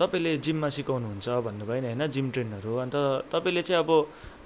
तपाईँले जिममा सिकाउनु हुन्छ भन्नु भयो नि होइन जिम ट्रेनर हो अन्त तपाईँले चाहिँ अब